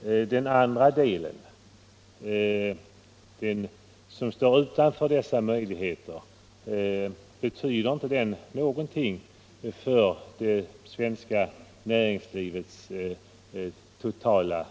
Men betyder inte den del av näringslivet som står utanför dessa möjligheter någonting för det svenska näringslivets totala